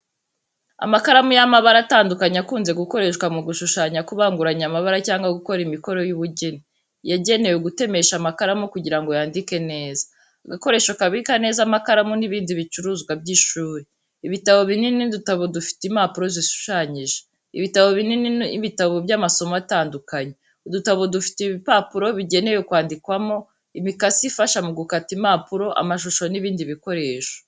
Amakaramu y’amabara atandukanye, akunze gukoreshwa mu gushushanya, kubanguranya amabara, cyangwa gukora imikoro y’ubugeni. Yagenewe gutemesha amakaramu kugira ngo yandike neza. Agakoresho kabika neza amakaramu n’ibindi bicuruzwa by’ishuri. Ibitabo binini n’udutabo dufite impapuro zishushanyije. Ibitabo binini ni ibitabo by’amasomo atandukanye. Udutabo dufite ibipapuro bigenewe kwandikwamo. Imikasi ifasha mu gukata impapuro, amashusho, n’ibindi bikoresho.